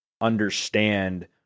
understand